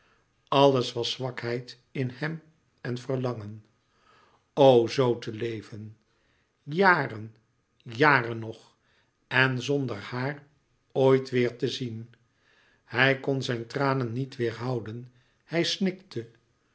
alles was zwakheid in hem en verlangen o zoo te leven jaren jaren nog en zonder haar ooit weêr te zien hij kon zijn tranen niet weêrhouden hij snikte